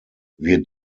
wir